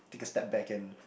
take a step back and